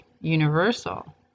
universal